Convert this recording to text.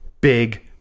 Big